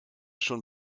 schon